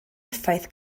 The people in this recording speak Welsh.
effaith